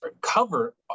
cover